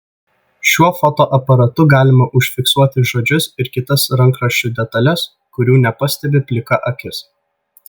šiuo fotoaparatu galima užfiksuoti žodžius ir kitas rankraščių detales kurių nepastebi plika akis